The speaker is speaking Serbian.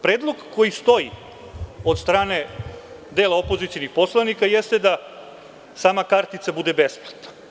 Predlog koji stoji od strane dela opozicionih poslanika jeste da sama kartica bude besplatna.